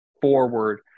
forward